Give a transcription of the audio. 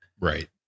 right